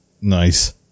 Nice